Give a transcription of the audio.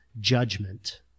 judgment